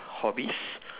hobbies